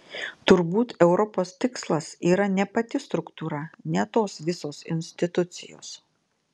turbūt europos tikslas yra ne pati struktūra ne tos visos institucijos